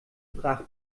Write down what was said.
brach